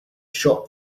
shot